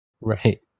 Right